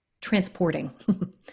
transporting